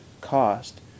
cost